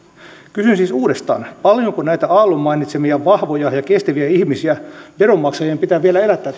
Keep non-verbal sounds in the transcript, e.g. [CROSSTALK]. kysyn siis uudestaan paljonko näitä aallon mainitsemia vahvoja ja kestäviä ihmisiä veronmaksajien pitää vielä elättää [UNINTELLIGIBLE]